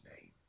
name